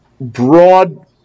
broad